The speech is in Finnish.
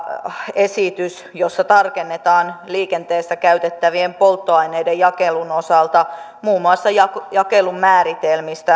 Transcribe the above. esitys jossa tarkennetaan liikenteessä käytettävien polttoaineiden jakelun osalta muun muassa jakelun määritelmiä